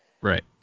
Right